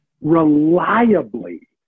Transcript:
reliably